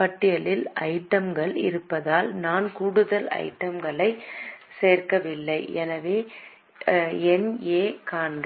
பட்டியலில் ஐட்டம் கள் இருப்பதால் நான் கூடுதல் ஐட்டம் களைச் சேர்க்கவில்லை என்று என்ஏ காண்க